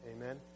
Amen